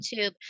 YouTube